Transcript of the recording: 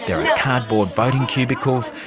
are cardboard voting cubicles,